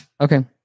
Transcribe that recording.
okay